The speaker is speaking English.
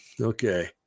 Okay